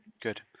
good